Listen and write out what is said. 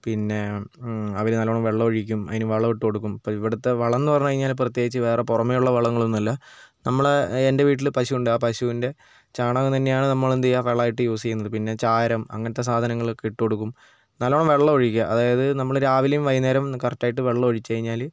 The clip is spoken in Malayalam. പിന്നെ അവർ നല്ലോണം വെള്ളം ഒഴിക്കും അതിന് വളം ഇട്ടു കൊടുക്കും അപ്പോൾ ഇവിടത്തെ വളം എന്ന് പറഞ്ഞു കഴിഞ്ഞാൽ പ്രത്യേകിച്ച് വേറെ പുറമെയുള്ള വളങ്ങളൊന്നുമല്ല നമ്മളെ എൻ്റെ വീട്ടിൽ പശുവുണ്ട് ആ പശുവിൻ്റെ ചാണകം തന്നെയാണ് നമ്മളെന്ത് ചെയ്യുക വളമായിട്ട് യൂസ് ചെയ്യുന്നത് പിന്നെ ചാരം അങ്ങനത്തെ സാധനങ്ങളൊക്കെ ഇട്ടു കൊടുക്കും നല്ലോണം വെള്ളം ഒഴിക്കുക അതായത് നമ്മൾ രാവിലെയും വൈകുന്നേരവും കറക്ട് ആയിട്ട് വെള്ളം ഒഴിച്ച് കഴിഞ്ഞാൽ